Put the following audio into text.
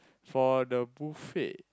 for the buffet